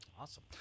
Awesome